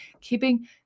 keeping